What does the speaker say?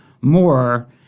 more